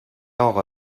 اقا